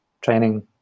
training